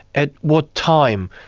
at what time,